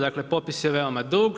Dakle, popis je veoma dug.